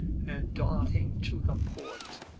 and, darting to the port,